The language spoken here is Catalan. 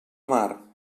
mar